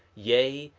yea,